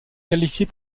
qualifiés